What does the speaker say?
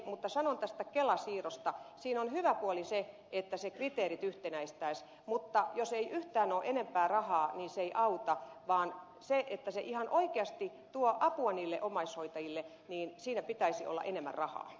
mutta sanon tästä kelaan siirrosta että siinä on hyvä puoli se että se yhtenäistäisi kriteerit mutta jos ei yhtään ole enempää rahaa niin se ei auta vaan jotta se ihan oikeasti toisi apua niille omaishoitajille siinä pitäisi olla enemmän rahaa